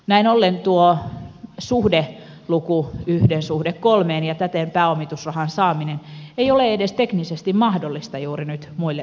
näin ollen tuo suhdeluku yhden suhde kolmeen ja täten pääomitusrahan saaminen ei ole edes teknisesti mahdollista juuri nyt muille yliopistoille